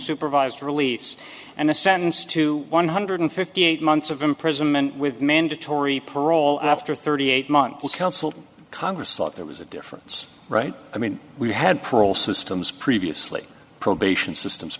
supervised release and a sentenced to one hundred fifty eight months of imprisonment with mandatory parole after thirty eight months of counsel congress thought there was a difference right i mean we had parole systems previously probation systems